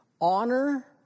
Honor